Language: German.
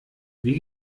wie